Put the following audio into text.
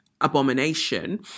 Abomination